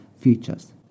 features